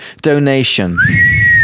donation